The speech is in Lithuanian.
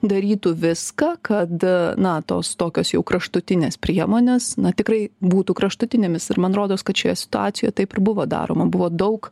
darytų viską kad na tos tokios jau kraštutinės priemonės na tikrai būtų kraštutinėmis ir man rodos kad šioje situacijoje taip ir buvo daroma buvo daug